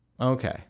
Okay